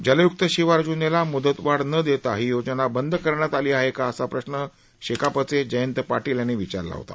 जलय्क्त शिवार योजनेला म्दतवाढ नं देता ही योजना बंद करण्यात आली आहे का असा प्रश्न शेकापचे जयंत पाटील यांनी विचारला होता